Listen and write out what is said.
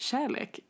Kärlek